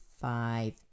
five